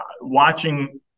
watching